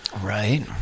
Right